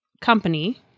company